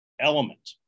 element